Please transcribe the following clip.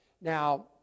Now